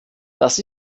das